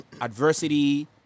adversity